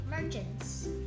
merchants